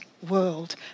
World